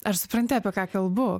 ar supranti apie ką kalbu